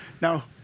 Now